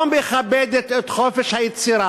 היא פועלת כקומיסר, לא מכבדת את חופש היצירה,